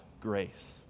grace